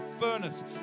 furnace